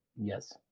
Yes